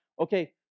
okay